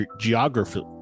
geography